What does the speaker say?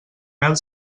mel